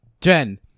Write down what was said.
Jen